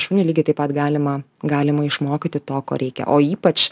šunį lygiai taip pat galima galima išmokyti to ko reikia o ypač